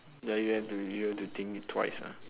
ya you have to you have to think it twice ah